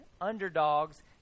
underdogs